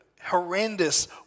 horrendous